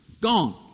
gone